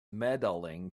medaling